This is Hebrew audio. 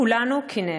כולנו קינאנו.